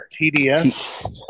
TDS